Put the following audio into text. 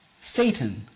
Satan